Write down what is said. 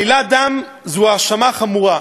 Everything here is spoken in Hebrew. עלילת דם, זו האשמה חמורה.